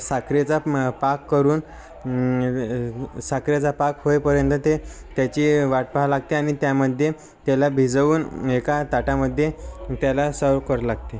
साखरेचा पाक करून साखरेचा पाक होईपर्यंत ते त्याची वाट पाहावी लागते आणि त्यामध्ये त्याला भिजवून एका ताटामध्ये त्याला सव्ह करावे लागते